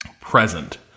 present